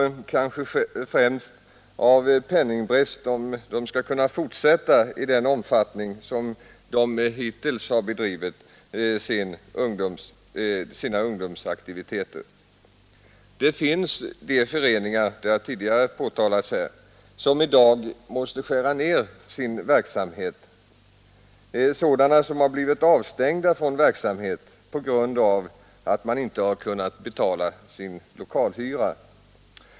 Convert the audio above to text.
Skall de främst på grund av penningbrist hindras från att fortsätta sin verksamhet i den omfattning som den hittills har bedrivits? Det finns, som tidigare här har påtalats, föreningar inom idrotten som i dag måste skära ned sin verksamhet, föreningar som har blivit avstängda från verksamheten på grund av att de inte kunnat betala sin lokalhyra.